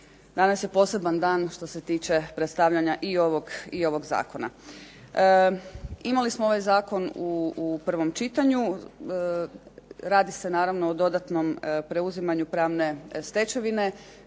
danas je poseban dan što se tiče predstavljanja i ovog zakona. Imali smo ovaj zakon u prvom čitanju. Radi se naravno o dodatnom preuzimanju pravne stečevine.